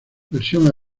versión